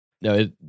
No